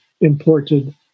imported